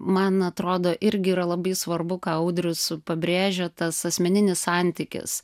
man atrodo irgi yra labai svarbu ką audrius pabrėžia tas asmeninis santykis